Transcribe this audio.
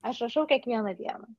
aš rašau kiekvieną dieną